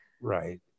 Right